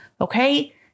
Okay